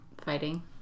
fighting